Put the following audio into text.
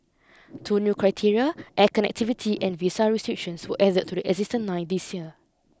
two new criteria air connectivity and visa restrictions were added to the existing nine this year